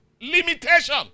Limitation